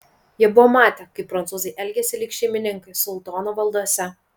jie buvo matę kaip prancūzai elgiasi lyg šeimininkai sultono valdose